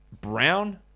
Brown